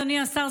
אדוני השר,